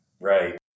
Right